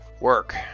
work